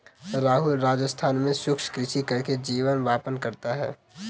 राहुल राजस्थान में शुष्क कृषि करके जीवन यापन करता है